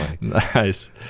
Nice